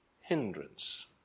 hindrance